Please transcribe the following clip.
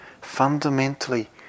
fundamentally